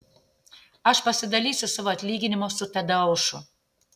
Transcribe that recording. aš pasidalysiu savo atlyginimu su tadeušu